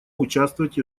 участвовать